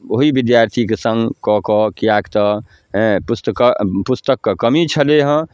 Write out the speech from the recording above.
ओहि विद्यार्थीके सङ्ग कऽ कऽ किएकि तऽ अँए पुस्तक पुस्तकके कमी छलै हँ